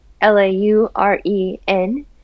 L-A-U-R-E-N